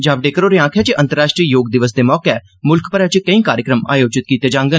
जावडेकर होरें गलाया जे अंतर्राश्ट्री योग दिवस दे मौके मुल्ख भरै च केई कार्यक्रम आयोजित कीते जाङन